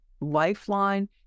lifeline